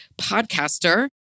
podcaster